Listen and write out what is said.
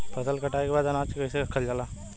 फसल कटाई के बाद अनाज के कईसे रखल जाला?